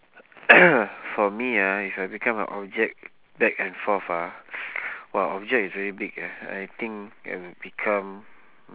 for me ah if I become a object back and forth ah !wah! object is very big eh I think I will become